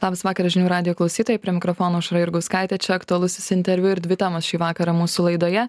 labas vakaras žinių radijo klausytojai prie mikrofono aušra jurgauskaitė čia aktualusis interviu ir dvi temos šį vakarą mūsų laidoje